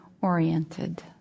oriented